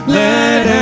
let